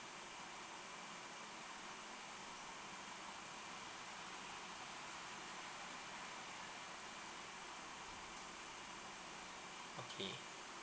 okay